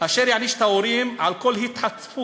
אשר יעניש את ההורים על כל התחצפות